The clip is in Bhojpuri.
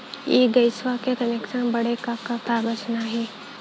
इ गइसवा के कनेक्सन बड़े का का कागज चाही?